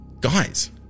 Guys